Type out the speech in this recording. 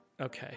okay